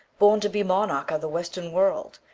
born to be monarch of the western world,